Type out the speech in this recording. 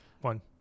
One